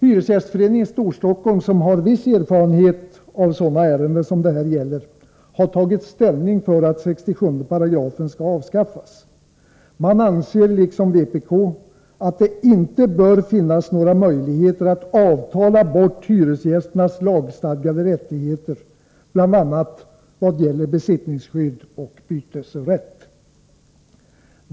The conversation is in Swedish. Hyresgästföreningen i Storstockholm, som har viss erfarenhet av sådana ärenden som det här gäller, har tagit ställning för att 67 § skall avskaffas. Man anser, liksom vpk, att det inte bör finnas några möjligheter att avtala bort hyresgästernas lagstadgade rättigheter, bl.a. när det gäller besittningsskydd och bytesrätt.